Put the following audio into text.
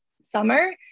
summer